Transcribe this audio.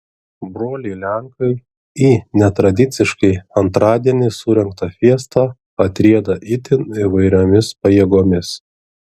broliai lenkai į netradiciškai antradienį surengtą fiestą atrieda itin įvairiomis pajėgomis